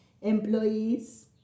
employees